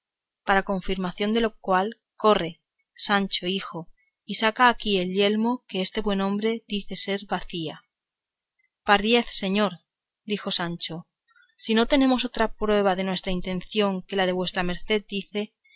para confirmación de lo cual corre sancho hijo y saca aquí el yelmo que este buen hombre dice ser bacía pardiez señor dijo sancho si no tenemos otra prueba de nuestra intención que la que vuestra merced dice